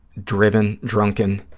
driven, drunken